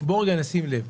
בואו רגע נשים לב,